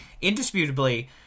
Indisputably